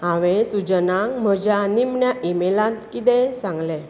हांवें सुजनाक म्हज्या निमण्या ईमेलांत किदें सांगलें